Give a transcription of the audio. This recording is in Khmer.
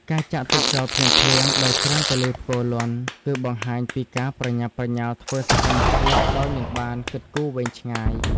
ការចាក់ទឹកចោលភ្លាមៗដោយគ្រាន់តែឮផ្គរលាន់ គឺបង្ហាញពីការប្រញាប់ប្រញាល់ធ្វើសកម្មភាពដោយមិនបានគិតគូរវែងឆ្ងាយ។